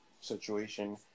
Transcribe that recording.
situation